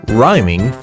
Rhyming